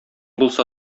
булса